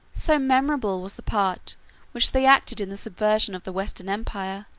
so memorable was the part which they acted in the subversion of the western empire,